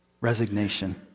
resignation